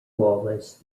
wallace